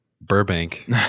Burbank